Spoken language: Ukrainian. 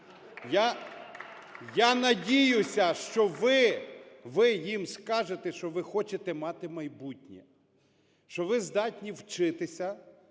Я надіюся, що ви – ви їм скажете, що ви хочете мати майбутнє, що ви здатні вчитися,